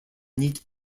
neat